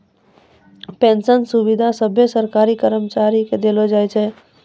pension सुविधा सभे सरकारी कर्मचारी के देलो जाय छै